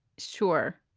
sure.